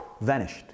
vanished